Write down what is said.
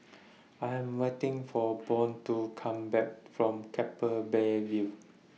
I Am waiting For Bode to Come Back from Keppel Bay View